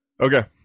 okay